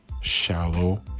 shallow